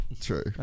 True